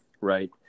right